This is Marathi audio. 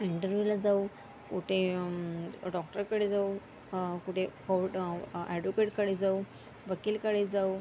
इंटरव्यूला जाऊ कुठे डॉक्टरकडे जाऊ कुठे हो ड ॲडवोकेटकडे जाऊ वकीलकडे जाऊ